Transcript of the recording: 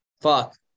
Fuck